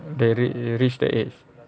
they already reach the age